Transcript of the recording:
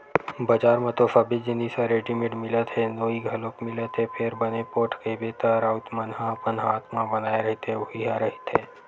बजार म तो सबे जिनिस ह रेडिमेंट मिलत हे नोई घलोक मिलत हे फेर बने पोठ कहिबे त राउत मन ह अपन हात म बनाए रहिथे उही ह रहिथे